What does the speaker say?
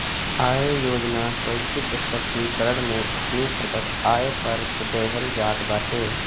आय योजना स्वैच्छिक प्रकटीकरण में अपनी प्रकट आय पअ कर देहल जात बाटे